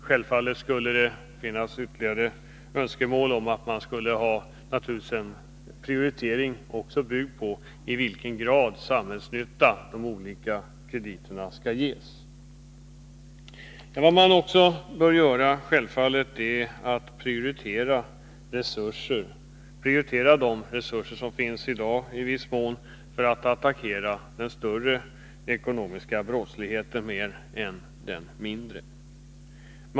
Självfallet finns det ytterligare önskemål om att prioriteringen av hur de olika krediterna skall ges skulle bygga på graden av samhällsnytta. Man bör givetvis också prioritera de resurser som i dag finns för att attackera den större ekonomiska brottsligheten mer än den mindre.